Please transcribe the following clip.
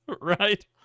right